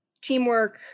teamwork